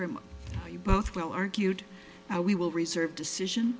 very much you both well argued that we will reserve decision